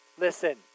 listen